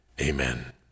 Amen